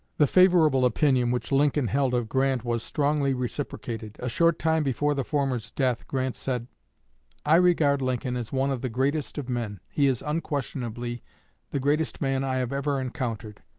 the favorable opinion which lincoln held of grant was strongly reciprocated. a short time before the former's death, grant said i regard lincoln as one of the greatest of men. he is unquestionably the greatest man i have ever encountered.